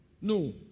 No